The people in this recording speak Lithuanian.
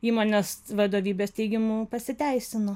įmonės vadovybės teigimu pasiteisino